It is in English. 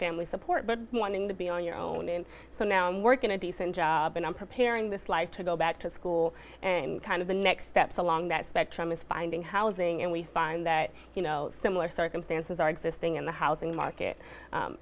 family support but wanting to be on your own and so now i'm working a decent job and i'm preparing this life to go back to school and kind of the next steps along that spectrum is finding housing and we find that similar circumstances are existing in the housing market